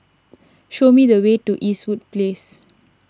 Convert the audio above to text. show me the way to Eastwood Place